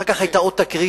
אחר כך היתה עוד תקרית,